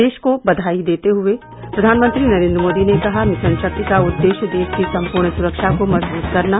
देश को बधाई देते हुए प्रधानमंत्री नरेन्द्र मोदी ने कहा मिशन शक्ति का उद्देश्य देश की संपूर्ण सुरक्षा को मजबूत करना